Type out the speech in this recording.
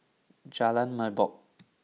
Jalan Merbok